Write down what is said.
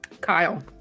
kyle